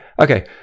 Okay